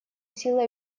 силы